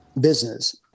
business